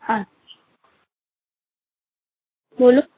আচ্ছা বলুন